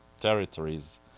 territories